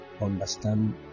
understand